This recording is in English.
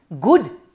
good